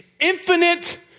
infinite